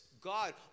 God